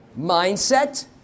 Mindset